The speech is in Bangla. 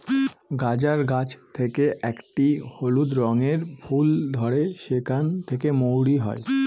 গাজর গাছ থেকে একটি হলুদ রঙের ফুল ধরে সেখান থেকে মৌরি হয়